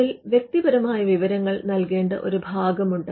അതിൽ വ്യക്തിപരമായ വിവരങ്ങൾ നൽകേണ്ട ഒരു ഭാഗമുണ്ട്